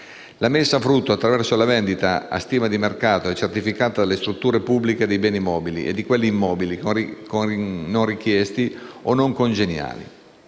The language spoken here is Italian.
La messa a frutto attraverso la vendita a stima di mercato e certificata dalle strutture pubbliche dei beni mobili e di quelli immobili non richiesti o non congeniali;